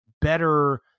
better